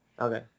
Okay